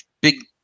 big